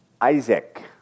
Isaac